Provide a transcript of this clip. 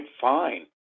fine